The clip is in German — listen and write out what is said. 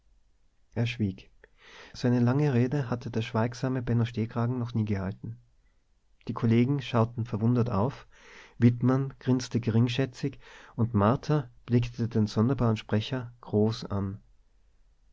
er schwieg so eine lange rede hatte der schweigsame benno stehkragen noch nie gehalten die kollegen schauten verwundert auf wittmann grinste geringschätzig und martha blickte den sonderbaren sprecher groß an